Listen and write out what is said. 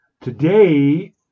Today